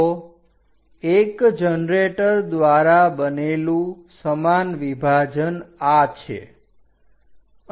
તો એક જનરેટર દ્વારા બનેલું સમાન વિભાજન આ છે